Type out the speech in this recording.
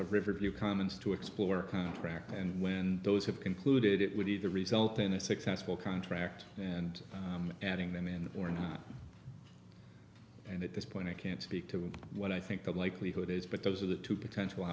of riverview commons to explore contract and when those have concluded it would be the result in a successful contract and adding them in or not and at this point i can't speak to what i think the likelihood is but those are the two potential